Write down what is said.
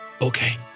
Okay